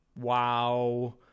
wow